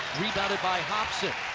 rebounded by hobson.